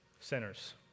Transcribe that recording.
sinners